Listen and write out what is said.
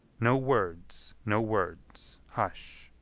no words, no words hush.